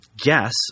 guess